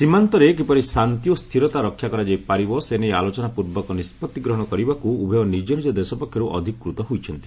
ସୀମାନ୍ତରେ କିପରି ଶାନ୍ତି ଓ ସ୍ଥିରତା ରକ୍ଷା କରାଯାଇପାରିବ ସେ ନେଇ ଆଲୋଚନାପୂର୍ବକ ନିଷ୍ପଭି ଗ୍ରହଣ କରିବାକୁ ଉଭୟ ନିଜ ନିଜ ଦେଶ ପକ୍ଷରୁ ଅଧିକୃତ ହୋଇଛନ୍ତି